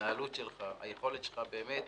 ההתנהלות שלך, היכולת שלך באמת